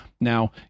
Now